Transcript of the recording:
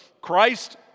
Christ